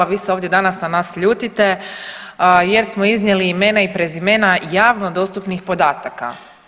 Vi se ovdje danas na nas ljutite jer smo iznijeli imena i prezimena javno dostupnih podataka.